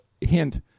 hint